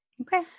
okay